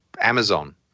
Amazon